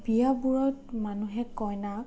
বিয়াবোৰত মানুহে কইনাক